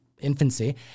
infancy